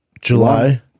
July